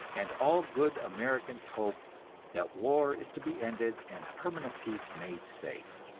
and all good americans hope that war is to be ended and permanent peace made safe.